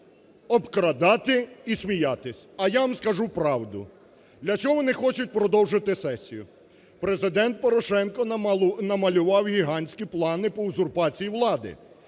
обкрадати і сміятись. А я вам скажу правду. Для чого вони хочуть продовжити сесію? Президент Порошенко намалював гігантські плани по узурпації влади.